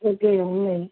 okay ఉన్నాయి